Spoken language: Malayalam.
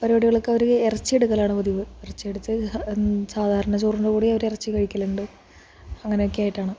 പരിപാടികൾക്കവർ ഇറച്ചി എടുക്കലാണ് പതിവ് ഇറച്ചി എടുത്ത് സാധാരണ ചോറിന്റെ കൂടെയും അവർ ഇറച്ചി കഴിയ്ക്കലുണ്ട് അങ്ങനെയൊക്കെ ആയിട്ടാണ്